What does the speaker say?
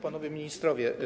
Panowie Ministrowie!